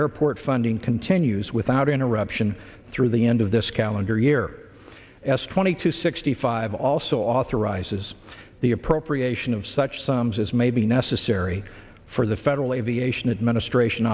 airport funding continues without interruption through the end of this calendar year s twenty two sixty five also authorizes the appropriation of such sums as may be necessary for the federal aviation administration